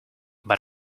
but